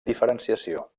diferenciació